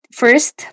first